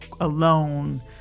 alone